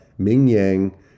Mingyang